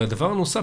הדבר הנוסף,